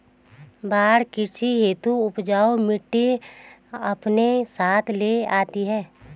बाढ़ कृषि हेतु उपजाऊ मिटटी अपने साथ ले आती है